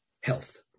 health